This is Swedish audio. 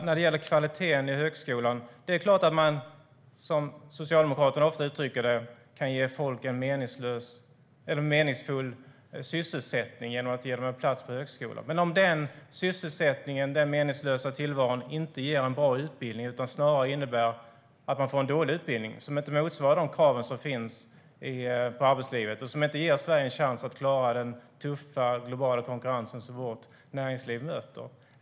När det gäller kvaliteten i högskolan är det klart att man, som Socialdemokraterna ofta uttrycker det, kan ge folk en meningsfull sysselsättning genom att ge dem en plats på högskolan. Men den sysselsättningen kan innebära att man inte får en bra utbildning utan snarare en dålig utbildning som inte motsvarar de krav som finns på arbetsmarknaden och som inte ger Sverige en chans att klara den tuffa globala konkurrens som vårt näringsliv möter.